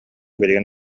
билигин